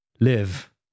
live